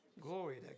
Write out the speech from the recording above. glory